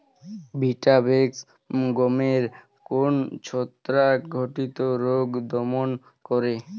Vitavax গমের কোন ছত্রাক ঘটিত রোগ দমন করে?